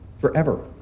forever